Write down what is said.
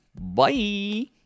Bye